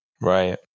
Right